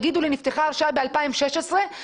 יגידו לי נפתחה הרשאה ב-2016 ויש